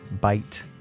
bite